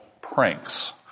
pranks